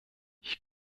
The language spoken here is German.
ich